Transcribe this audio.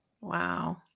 Wow